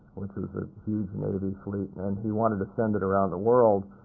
which was a huge navy fleet, and he wanted to send it around the world.